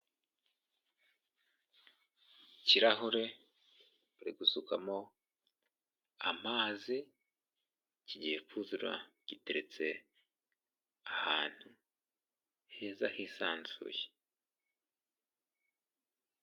Ikirahure bari gusukamo amazi, kigiye kuzura, giteretse ahantu heza, hisanzuye.